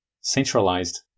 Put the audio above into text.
centralized